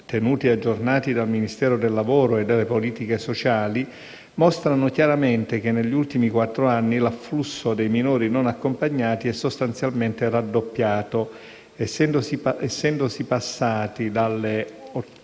tenuti aggiornati dal Ministero del lavoro e delle politiche sociali, mostrano chiaramente che negli ultimi quattro anni l'afflusso dei minori non accompagnati è sostanzialmente raddoppiato, essendosi passati dalle